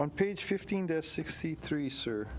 on page fifteen to sixty three sir